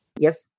Yes